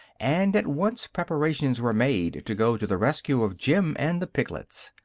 and at once preparations were made to go to the rescue of jim and the piglets.